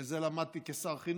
ואת זה למדתי כשר החינוך,